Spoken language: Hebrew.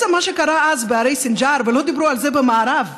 מה שקרה אז בהרי סינג'אר, לא דיברו על זה במערב.